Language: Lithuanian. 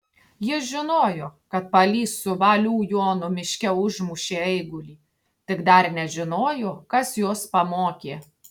jis žinojo kad palys su valių jonu miške užmušė eigulį tik dar nežinojo kas juos pamokė